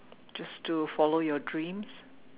just to follow your dreams